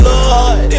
Lord